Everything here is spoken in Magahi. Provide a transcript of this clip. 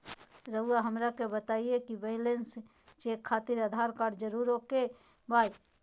रउआ हमरा के बताए कि बैलेंस चेक खातिर आधार कार्ड जरूर ओके बाय?